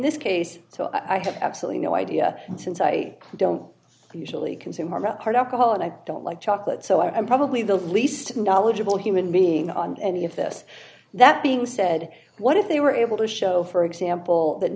this case so i have absolutely no idea since i don't usually consumer a hard up call and i don't like chocolate so i'm probably the least knowledgeable human being on any of this that being said what if they were able to show for example that